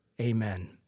Amen